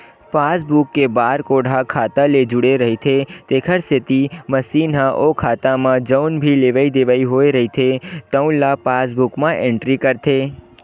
passbook के barcode ह खाता ले जुड़े रहिथे तेखर सेती मसीन ह ओ खाता म जउन भी लेवइ देवइ होए रहिथे तउन ल पासबूक म एंटरी करथे